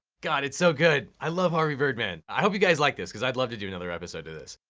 god, it's so good! i love harvey birdman. i hope you guys like this cause i'd love to do another episode of this.